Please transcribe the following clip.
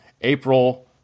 April